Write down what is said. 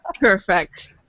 Perfect